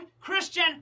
Christian